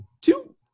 two